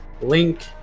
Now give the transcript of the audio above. link